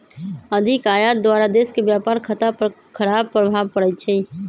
अधिक आयात द्वारा देश के व्यापार खता पर खराप प्रभाव पड़इ छइ